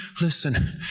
Listen